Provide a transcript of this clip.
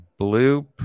Bloop